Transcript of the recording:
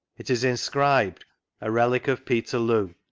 it is in scribed a relic of peterloo.